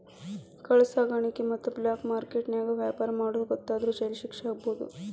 ಕಳ್ಳ ಸಾಕಾಣಿಕೆ ಮತ್ತ ಬ್ಲಾಕ್ ಮಾರ್ಕೆಟ್ ನ್ಯಾಗ ವ್ಯಾಪಾರ ಮಾಡೋದ್ ಗೊತ್ತಾದ್ರ ಜೈಲ್ ಶಿಕ್ಷೆ ಆಗ್ಬಹು